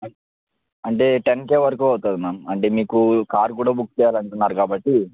అంటే ten K వరకు అవుతుంది మ్యామ్ అంటే మీకు కార్ కూడా బుక్ చెయ్యాలి అంటున్నారు కాబట్టి